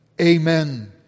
Amen